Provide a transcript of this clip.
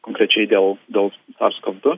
konkrečiai dėl dėl sars kov du